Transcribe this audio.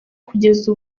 kugeza